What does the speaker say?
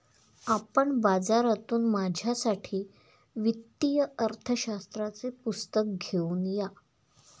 आपण बाजारातून माझ्यासाठी वित्तीय अर्थशास्त्राचे पुस्तक घेऊन या